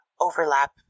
overlap